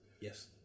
Yes